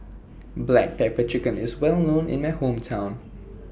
Black Pepper Chicken IS Well known in My Hometown